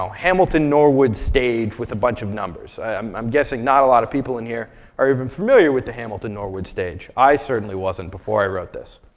um hamilton-norwood stage with a bunch of numbers. um i'm guessing not a lot of people in here are even familiar with the hamilton-norwood stage. i certainly wasn't before i wrote this.